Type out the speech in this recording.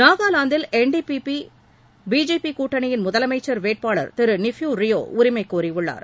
நாகாலாந்தில் N D P P BJP கூட்டணியின் முதலமைச்சர் வேட்பாளர் திரு நிஃப்யூ ரியோ உரிமை கோரியுள்ளார்